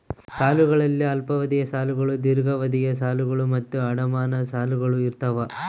ಸಾಲಗಳಲ್ಲಿ ಅಲ್ಪಾವಧಿಯ ಸಾಲಗಳು ದೀರ್ಘಾವಧಿಯ ಸಾಲಗಳು ಮತ್ತು ಅಡಮಾನ ಸಾಲಗಳು ಇರ್ತಾವ